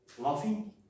Laughing